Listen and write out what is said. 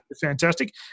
fantastic